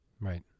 Right